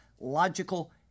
logical